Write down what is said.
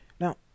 Now